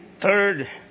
Third